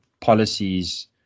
policies